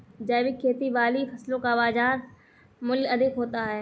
जैविक खेती वाली फसलों का बाज़ार मूल्य अधिक होता है